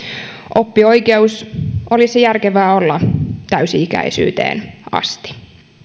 oppioikeus olisi järkevää olla täysi ikäisyyteen asti